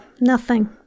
Nothing